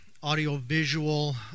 Audiovisual